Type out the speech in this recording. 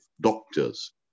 doctors